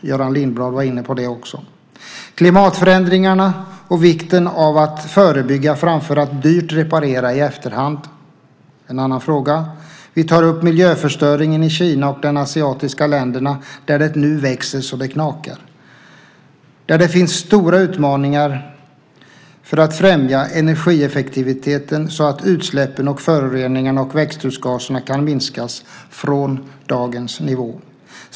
Göran Lindblad var också inne på det. Klimatförändringarna och vikten av att förebygga framför att dyrt reparera i efterhand är en annan fråga. Vi tar upp miljöförstöringen i Kina och de asiatiska länderna där det nu växer så det knakar. Där finns det stora utmaningar för att främja energieffektiviteten så att utsläppen av föroreningar och växthusgaser kan minskas från dagens nivå.